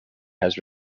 has